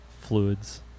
fluids